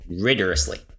rigorously